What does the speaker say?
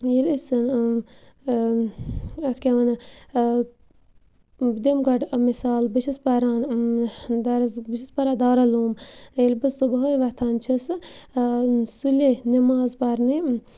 ییٚلہِ أسۍ اَتھ کیٛاہ وَنان بہٕ دِمہٕ گۄڈٕ مِثال بہٕ چھَس پَران دَرس بہٕ چھَس پَران دارالعلوم ییٚلہِ بہٕ صُبُحٲے وۄتھان چھَسہٕ سُلے نماز پَرنہِ